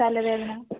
തലവേദന